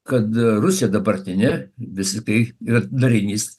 kad rusija dabartinė vis tiktai yra darinys